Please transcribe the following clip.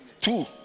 Two